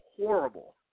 horrible